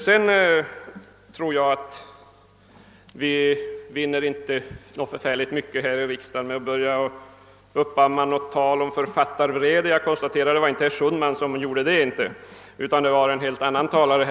Vidare tror jag inte att vi vinner så mycket här i kammaren genom att uppamma något tal om författarvrede — jag konstaterar att det inte var herr Sundman som gjorde det, utan det var en helt annan talare.